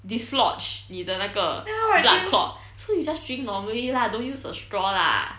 dislodge 你的那个 blood clot